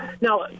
Now